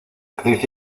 actriz